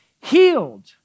healed